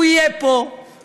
הוא יהיה פה,